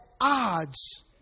odds